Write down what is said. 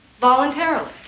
voluntarily